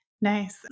nice